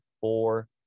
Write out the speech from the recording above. four